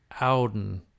alden